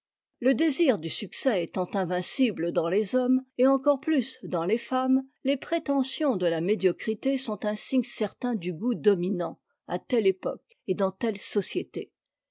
le désir du succès étant invincible dans les hommes et encore plus dans les femmes les prétentions de la médiocrité sont un signe certain du goût dominant à telle époque et dans telle société